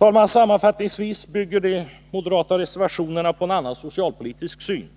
Herr talman! Sammanfattningsvis bygger de moderata reservationerna på en annan socialpolitisk syn.